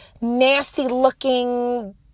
nasty-looking